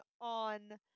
on